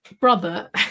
brother